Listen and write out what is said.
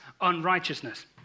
unrighteousness